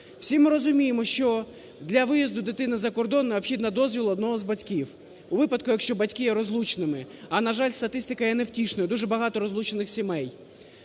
Всі ми розуміємо, що для виїзду дитини за кордон необхідно дозвіл одного з батьків у випадку, якщо батьки є розлучними. А на жаль, статистика є невтішною, дуже багато розлучених сімей.